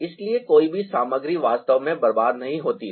इसलिए कोई भी सामग्री वास्तव में बर्बाद नहीं होती है